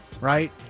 right